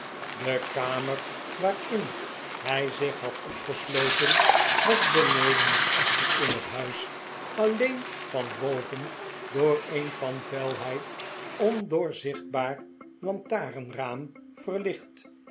de kamer waarin hij zich had opgesloten was beneden en achter in het huis alleen van boven door een van vuilheid ondoorzichtbaar lantaren raam verlicht